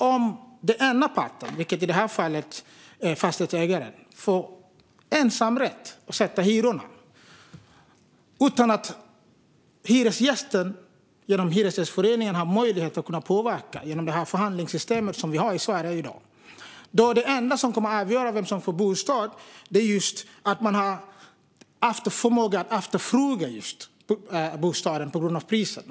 Om den ena parten, i det här fallet fastighetsägaren, får ensamrätt på att sätta hyrorna utan att hyresgästen, genom Hyresgästföreningen och det förhandlingssystem som vi har i Sverige i dag, har möjlighet att påverka är det enda som avgör vem som får bostad just förmågan att efterfråga bostaden baserat på priset.